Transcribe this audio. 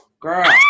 Girl